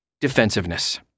defensiveness